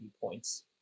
points